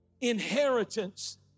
inheritance